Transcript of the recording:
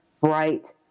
bright